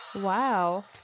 wow